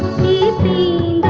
need the